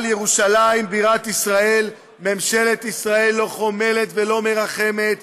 על ירושלים בירת ישראל ממשלת ישראל לא חומלת ולא מרחמת,